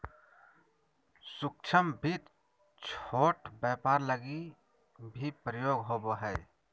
सूक्ष्म वित्त छोट व्यापार लगी भी प्रयोग होवो हय